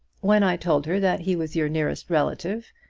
when i told her that he was your nearest relative,